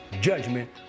judgment